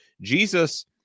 Jesus